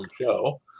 show